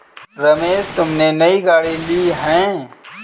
रमेश तुमने नई गाड़ी ली हैं